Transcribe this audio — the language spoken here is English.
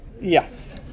yes